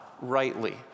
rightly